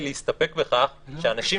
בסוף